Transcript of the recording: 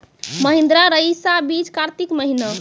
महिंद्रा रईसा बीज कार्तिक महीना?